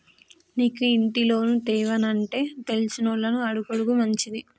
నీకు ఇంటి లోను తేవానంటే తెలిసినోళ్లని అడుగుడు మంచిది